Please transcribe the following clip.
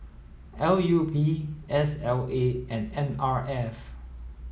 L U P S L A and N R F